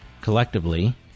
collectively